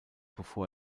bevor